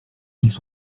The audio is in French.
qu’ils